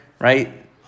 right